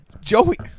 Joey